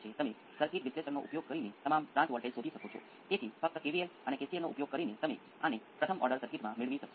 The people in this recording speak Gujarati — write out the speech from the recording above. પીસ વાઈઝ કોન્સ્ટન્ટ માટે તમને પીસ વાઈઝ એક્સ્પોનેંસિયલ મળશે